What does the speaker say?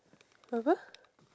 apa